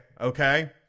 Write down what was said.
okay